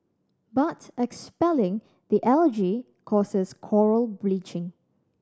but expelling the algae causes coral bleaching